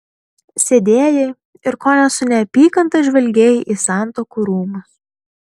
sėdėjai ir kone su neapykanta žvelgei į santuokų rūmus